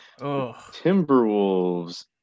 Timberwolves